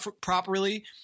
properly